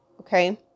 okay